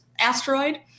asteroid